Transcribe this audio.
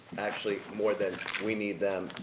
actually, more than we need them,